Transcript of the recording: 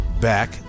back